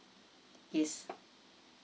yes